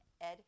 Ed